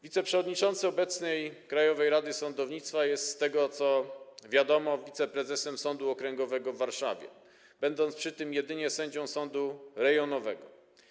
Wiceprzewodniczący obecnej Krajowej Rady Sądownictwa jest, z tego, co wiadomo, wiceprezesem Sądu Okręgowego w Warszawie, będąc przy tym jedynie sędzią sądu rejonowego.